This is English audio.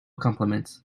compliments